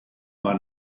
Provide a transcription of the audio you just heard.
mae